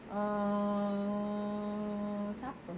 err siapa